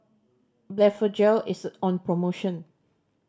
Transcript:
Blephagel is on promotion